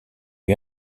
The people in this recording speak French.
lui